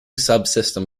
subsystem